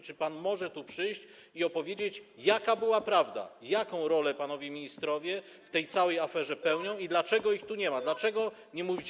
Czy pan może tu przyjść i opowiedzieć, jaka była prawda, jaką rolę panowie ministrowie w tej całej aferze odgrywają i dlaczego ich tu nie ma, dlaczego nie mówicie.